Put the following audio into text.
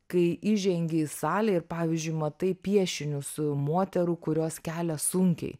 kai įžengi į salę ir pavyzdžiui matai piešinius moterų kurios kelia sunkiai